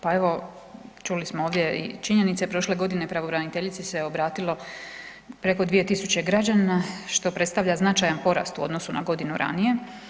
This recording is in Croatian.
Pa evo čuli smo ovdje i činjenice, prošle godine pravobraniteljici se obratilo preko 2.000 građana što predstavlja značajan porast u odnosu na godinu ranije.